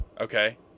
Okay